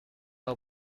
are